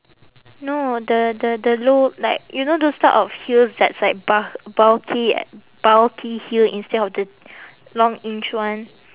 no the the the low like you know those type of heels that's like bul~ bulky bulky heel instead of the long inch one